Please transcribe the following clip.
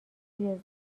روی